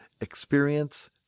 experience